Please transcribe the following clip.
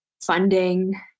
funding